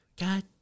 god